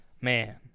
Man